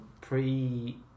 pre